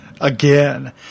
Again